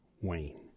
Wayne